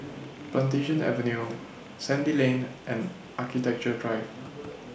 Plantation Avenue Sandy Lane and Architecture Drive